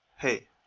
Hey